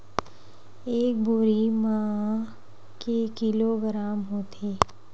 एक बोरी म के किलोग्राम होथे?